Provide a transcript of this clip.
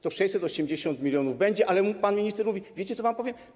To 680 mln będzie, ale pan minister mówi: Wiecie, co wam powiem?